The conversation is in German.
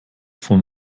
von